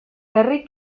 herri